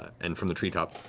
and from the treetop,